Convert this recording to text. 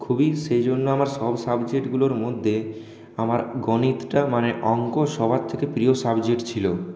খুবই সেজন্য আমার সব সাবজেক্টগুলোর মধ্যে আমার গণিতটা মানে অঙ্ক সবার থেকে প্রিয় সাবজেক্ট ছিল